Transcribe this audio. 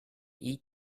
eat